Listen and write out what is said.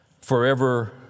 forever